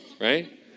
Right